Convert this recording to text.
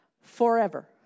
forever